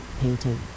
painting